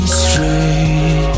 straight